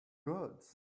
goods